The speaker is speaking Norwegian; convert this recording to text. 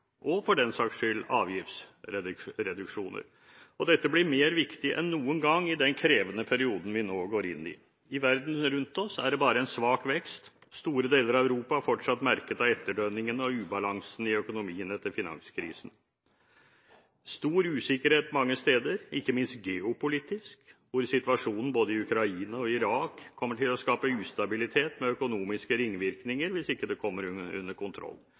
og, for den saks skyld, avgiftsreduksjoner. Dette blir viktigere enn noen gang i den krevende perioden vi nå går inn i. I verden rundt oss er det bare en svak vekst. Store deler av Europa er fortsatt merket av etterdønningene og ubalansen i økonomien etter finanskrisen. Det er stor usikkerhet mange steder, ikke minst geopolitisk. Situasjonen både i Ukraina og i Irak kommer til å skape ustabilitet, med økonomiske ringvirkninger, hvis den ikke kommer under kontroll.